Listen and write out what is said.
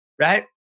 right